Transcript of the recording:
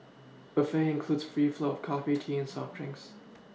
buffet includes free flow of coffee tea and soft drinks